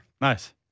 Nice